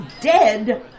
dead